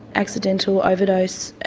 accidental overdose,